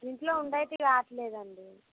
ఇంట్లో ఉండి అయితే రావట్లేదండి